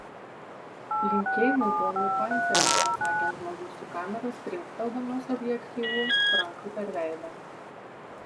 linkėjimai ponui panceriui pasakė žmogus su kamera trinkteldamas objektyvu frankui per veidą